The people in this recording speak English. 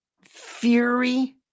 fury